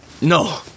No